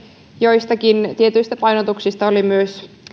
joistakin tietyistä painotuksista oli myös